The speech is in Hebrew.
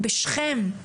בשכם.